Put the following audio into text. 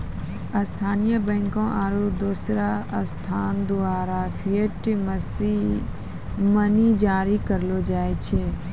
स्थानीय बैंकों आरू दोसर संस्थान द्वारा फिएट मनी जारी करलो जाय छै